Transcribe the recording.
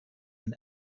and